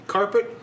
Carpet